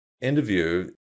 interview